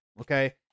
Okay